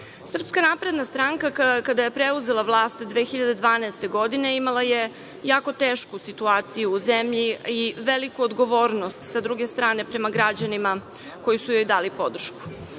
evra. Srpska napredna stranka, kada je preuzela vlast 2012. godine, imala je jako tešku situaciju u zemlji i veliku odgovornost sa druge strane prema građanima koji su joj dali podršku.